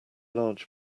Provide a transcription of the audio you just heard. large